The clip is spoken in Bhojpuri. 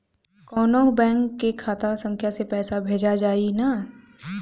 कौन्हू बैंक के खाता संख्या से पैसा भेजा जाई न?